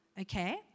Okay